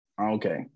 Okay